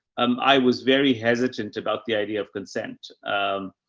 um, i was very hesitant about the idea of consent. um,